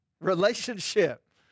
relationship